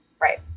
right